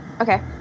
Okay